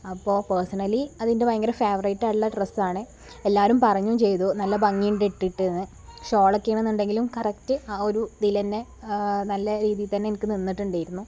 അപ്പോള് പേഴ്സണലി അതെൻ്റെ ഭയങ്കര ഫേവറേറ്റ് ആയിട്ടുള്ള ഡ്രസ്സാണ് എല്ലാവരും പറയുകയും ചെയ്തു നല്ല ഭംഗിയുണ്ട് ഇട്ടിട്ട് എന്ന് ഷോളൊക്കേ ആണെന്നുണ്ടെങ്കിലും കറക്റ്റ് ആ ഒരു ഇതിലെന്നെ നല്ല രീതിയിൽ തന്നെ എനിക്ക് നിന്നിട്ടുണ്ടായിരുന്നു